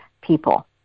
people